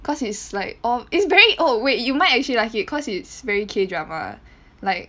cause it's like all its very oh wait you might actually like it cause it's very K drama like